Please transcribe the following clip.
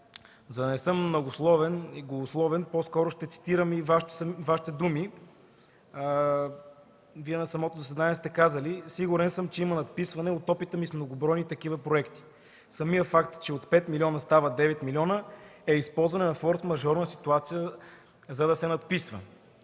За да не съм многословен и голословен, ще цитирам Вашите думи на самото заседание, когато сте казали: „Сигурен съм, че има надписване от опита ми с многобройни такива проекти. Самият факт, че от 5 млн. стават 9 милиона, е използване на форсмажорна ситуация, за да се надписва“.